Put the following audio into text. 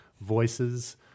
voices